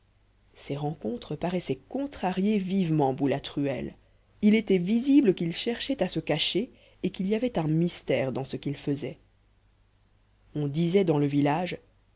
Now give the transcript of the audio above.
ces rencontres paraissaient contrarier vivement boulatruelle il était visible qu'il cherchait à se cacher et qu'il y avait un mystère dans ce qu'il faisait on disait dans le village